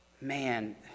Man